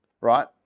right